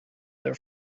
their